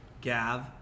Gav